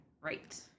Right